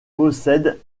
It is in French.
possède